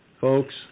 folks